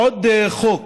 עוד חוק